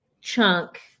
chunk